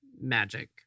magic